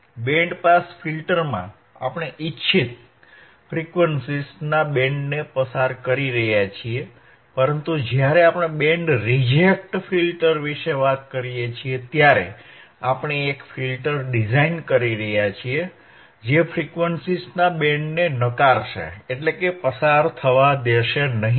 band pass ફિલ્ટરમાં આપણે ઇચ્છિત ફ્રીક્વન્સીઝ ના બેન્ડને પસાર કરી રહ્યા છીએ પરંતુ જ્યારે આપણે બેન્ડ રિજેક્ટ ફિલ્ટર વિશે વાત કરીએ છીએ ત્યારે આપણે એક ફિલ્ટર ડિઝાઇન કરી રહ્યા છીએ જે ફ્રીક્વન્સીઝના બેન્ડને નકારશે એટલે કે પસાર થવા દેશે નહિ